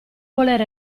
voler